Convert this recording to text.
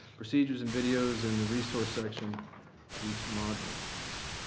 procedures, and videos in the resource section of each module.